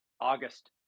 August